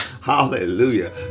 hallelujah